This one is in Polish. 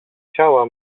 ciała